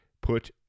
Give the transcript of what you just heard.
Put